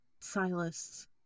Silas